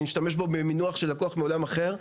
אני משתמש פה במינוח מעולם אחר,